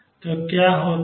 तो क्या होता है